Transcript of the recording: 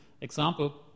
example